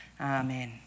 amen